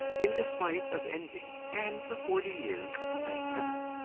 in despite of envy and for forty years, thank heaven,